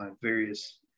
various